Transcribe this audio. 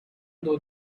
though